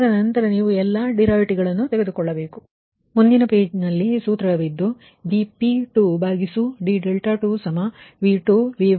ಅದರ ನಂತರ ನೀವು ಎಲ್ಲಾ ಡರಿವಿಟಿವಗಳನ್ನು ತೆಗೆದುಕೊಳ್ಳಬೇಕು ಸರಿ